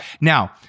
Now